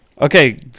Okay